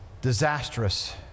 disastrous